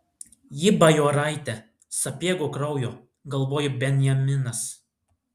ji bajoraitė sapiegų kraujo galvojo benjaminas